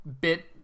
bit